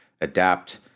adapt